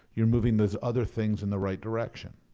you're moving those other things in the right direction.